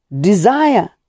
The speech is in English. Desire